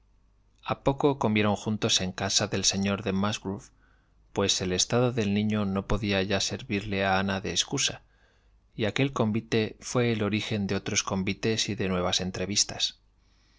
a poco comieron jum tos en casa del señor de musgrove pues el estado del niño no podía ya servirle a ana de excusa y aquel convite fué el origen de otros convites y de nuevas entrevistas